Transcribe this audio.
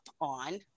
on